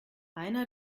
einer